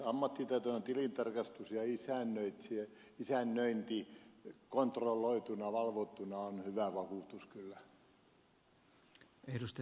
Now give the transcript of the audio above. ammattitaitoinen tilintarkastus ja isännöinti kontrolloituna valvottuna on hyvä vakuutus kyllä